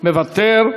מוותר.